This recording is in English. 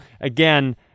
Again